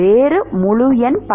மாணவர்0 தவிர